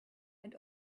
and